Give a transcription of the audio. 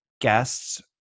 guests